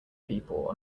people